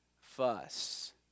fuss